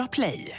Play